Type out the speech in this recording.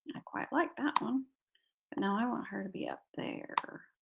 i quite like that one but now i want her to be up there.